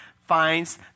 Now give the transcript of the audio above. finds